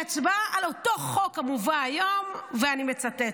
בהצבעה על אותו חוק המובא היום, ואני מצטטת: